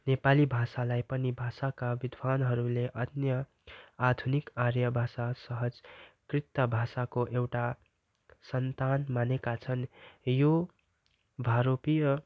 नेपाली भाषालाई पनि भाषाका विद्वान्हरूले अन्य आधुनिक आर्य भाषा सहजकृत भाषाको एउटा सन्तान मानेका छन् यो भारोपीय